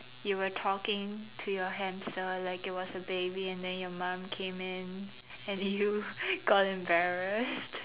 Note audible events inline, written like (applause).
you were talking to your hamster like it was a baby and then your mom came in and you (laughs) got embarrassed